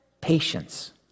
patience